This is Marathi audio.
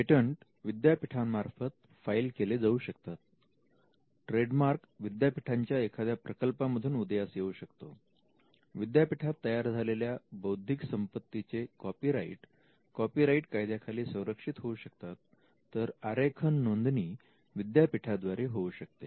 पेटंट विद्यापीठामार्फत फाईल केले जाऊ शकतात ट्रेडमार्क विद्यापीठाच्या एखाद्या प्रकल्पामधून उदयास येऊ शकतो विद्यापीठात तयार झालेल्या बौद्धिक संपत्तीचे कॉपीराइट कॉपीराइट कायद्याखाली संरक्षित होऊ शकतात तर आरेखन नोंदणी विद्यापीठा द्वारे होऊ शकते